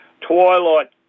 twilight